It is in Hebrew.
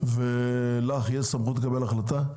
לךְ יש סמכות לקבל החלטה?